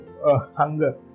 hunger